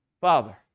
Father